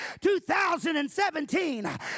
2017